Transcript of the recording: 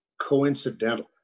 coincidental